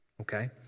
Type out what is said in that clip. Okay